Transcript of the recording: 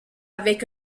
avec